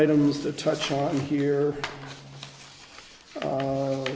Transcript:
items to touch on here